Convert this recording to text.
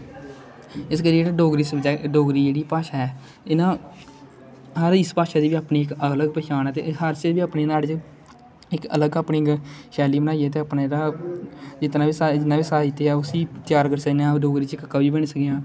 इस करियै जेहडे़ डोगरी जेहड़ी भाशा ऐ एह् हर उस भाशा दी अपनी इक अलग पछान ऐ ते हर इक अलग अपनी इक शैली बनाइयै ते अपनी जितना बी साहित्य ऐ उसी त्यार करी सकने आं डोगरी च इक कवि बनाई सकने आं